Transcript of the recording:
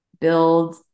build